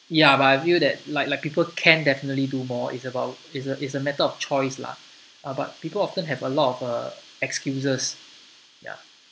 ya but I feel that like like people can definitely do more is about is a is a matter of choice lah uh about people often have a lot of a excuses ya